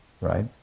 right